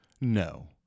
No